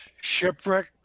Shipwreck